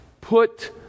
put